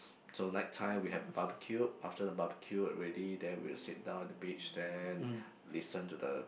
so night time we have barbecue after the barbecue already then we will sit down at the beach then listen to the